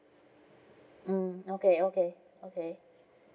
mm okay okay okay